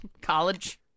college